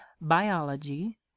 biology